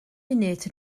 munud